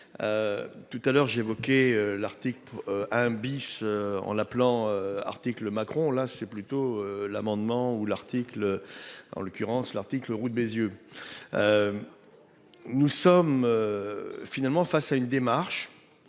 Tout à l'heure j'ai évoqué l'article. 1 bis en l'appelant article E. Macron là c'est plutôt l'amendement ou l'article. En l'occurrence l'article Roux de Bézieux. Nous sommes. Finalement, face à une démarche.